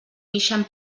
ixen